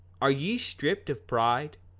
are ye stripped of pride?